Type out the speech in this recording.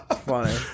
funny